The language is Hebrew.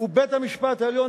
ובית-המשפט העליון,